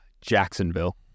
Jacksonville